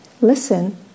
listen